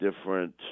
different